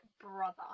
brother